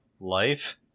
life